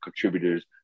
contributors